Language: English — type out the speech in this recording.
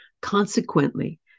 Consequently